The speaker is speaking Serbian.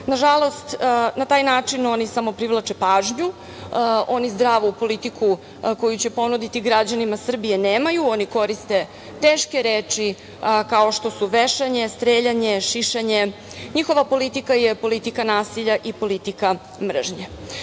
svetlu. Nažalost, na taj način oni samo privlače pažnju. Oni zdravu politiku koju će ponuditi građanima Srbije nemaju. Oni koriste teške reči, kao što su vešanje, streljanje, šišanje. Njihova politika je politika nasilja i politika mržnje. Ja